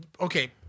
Okay